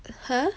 !huh!